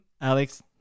Alex